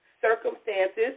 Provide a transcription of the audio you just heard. circumstances